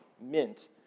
mint